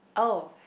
oh